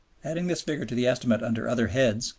adding this figure to the estimate under other heads,